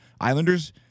Islanders